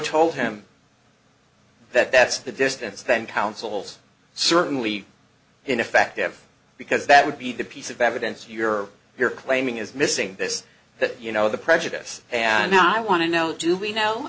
told him that that's the distance then counsels certainly ineffective because that would be the piece of evidence you're you're claiming is missing this that you know the prejudice and i want to know do we know